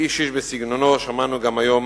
איש איש בסגנונו, שמענו גם היום